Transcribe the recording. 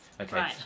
okay